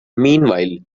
meanwhile